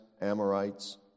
Amorites